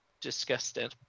Disgusting